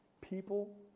people